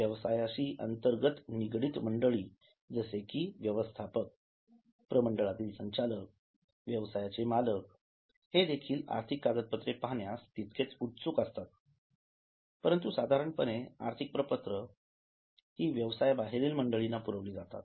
व्यवसायाशी अंतर्गत निगडित मंडळी जसे कि व्यवस्थापक प्रमंडळातील संचालक व्यवसायाचे मालक हे देखील आर्थिक कागदपत्रे पाहण्यास तितकेच उत्सुक असतात परंतु साधारणपणे आर्थिक प्रपत्रे हि व्यवसाया बाहेरील मंडळींना पुरवली जातात